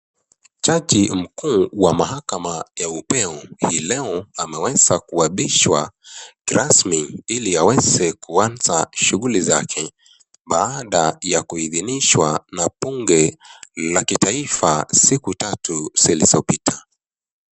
Jaji mkuu wa mahakama ya upeo hii leo ameweza kuapishwa kirasmi ili aweze kuaza shughuli zake baada ya kuhidhinishwa na bunge la kitaifa siku tatu zilizopita.